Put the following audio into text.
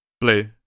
Blue